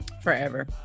Forever